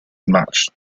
matched